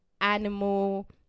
Animal